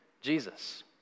Jesus